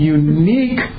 unique